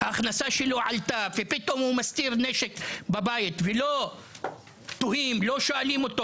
ההכנסה שלו עלתה ופתאום מגלים שהוא מסתיר נשק בבית ולא שואלים אותו,